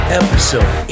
episode